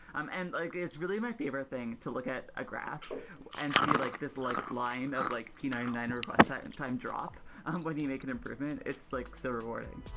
um and like it's really my favorite thing to look at a graph and see like this like line of like p nine nine request time and time drop when you make an improvement. it's like so rewarding.